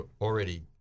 already